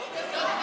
עוד עשר שניות.